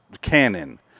canon